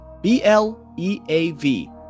B-L-E-A-V